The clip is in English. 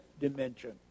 dimension